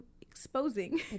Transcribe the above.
Exposing